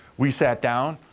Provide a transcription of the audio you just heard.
we sat down.